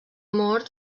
mort